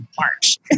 March